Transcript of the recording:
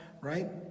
right